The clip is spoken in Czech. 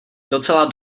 docela